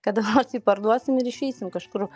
kada nors jį parduosim ir išeisim kažkur